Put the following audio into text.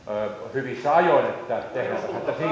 hyvissä ajoin että tehtäisiin näitä siirtoja